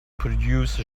produce